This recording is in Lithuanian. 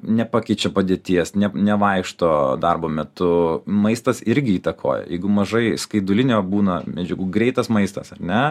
nepakeičia padėties ne nevaikšto darbo metu maistas irgi įtakoja jeigu mažai skaidulinių būna medžiagų greitas maistas ar ne